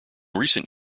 recent